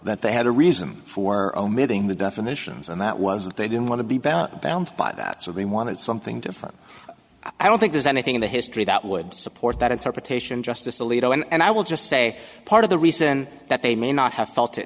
that they had a reason for omitting the definitions and that was that they didn't want to be bound by that so they wanted something different i don't think there's anything in the history that would support that interpretation justice alito and i will just say part of the reason that they may not have felt it